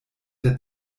der